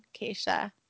Keisha